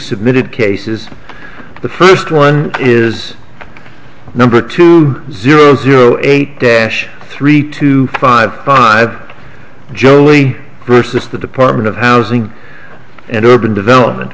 submitted cases the first one is number two zero zero eight dash three two five five joey versus the department of housing and urban development